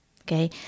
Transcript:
okay